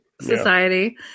society